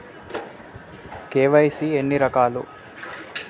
KYC ఎన్ని రకాలు?